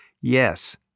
Yes